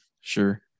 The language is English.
Sure